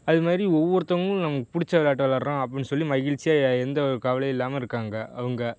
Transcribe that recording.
அதுமாதிரி ஒவ்வொருத்தவங்களும் நமக்கு பிடிச்ச விளாட்ட விளாட்றோம் அப்படின்னு சொல்லி மகிழ்ச்சியாக எ எந்த ஒரு கவலையும் இல்லாமல் இருக்காங்க அவங்க